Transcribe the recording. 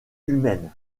humaine